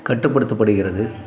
கட்டுப்படுத்தப்படுகிறது